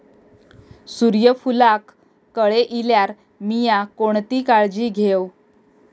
सूर्यफूलाक कळे इल्यार मीया कोणती काळजी घेव?